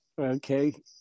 Okay